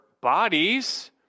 bodies